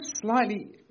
slightly